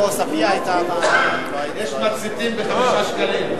יש מציתים בחמישה שקלים,